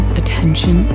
attention